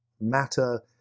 matter